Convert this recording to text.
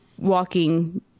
walking